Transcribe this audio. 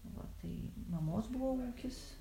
va tai mamos buvo ūkis